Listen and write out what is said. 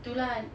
itu lah